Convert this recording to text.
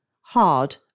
hard